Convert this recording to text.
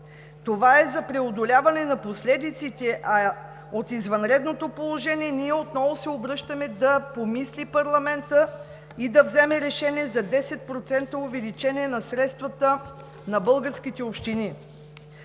Това е за преодоляване на последиците от извънредното положение. Ние отново се обръщаме да помисли парламентът и да вземе решение за 10% увеличение на средствата на българските общини.